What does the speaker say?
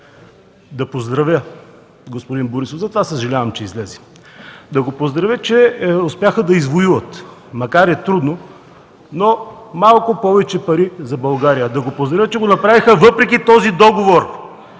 да поздравя господин Борисов, затова съжалявам, че излезе. Да го поздравя, че успяха да извоюват, макар и трудно, но малко повече пари за България. Да го поздравя, че го направиха въпреки този договор